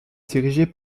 dirigé